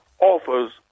offers